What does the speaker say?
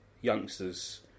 youngsters